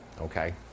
okay